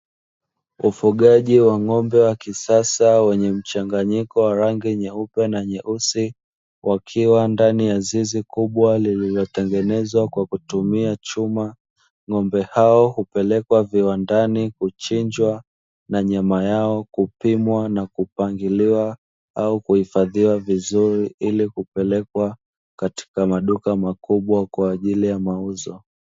Ufugaji wa ng'ombe wa kisasa wenye mchanganyiko wa rangi nyeupe na nyeusi wakiwa ndani ya zizi kubwa lililo tengenezwa kwa kutumia chuma, ng'ombe hao hupelekwa viwandani kuchinjwa na nyama yao kupimwa na kupangiliwa au kuhifadhiwa vizuri ili kupelekwa katika maduka makubwa kwa ajili ya mauzo.